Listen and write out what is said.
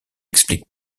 explique